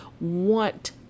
want